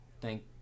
thank